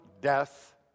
death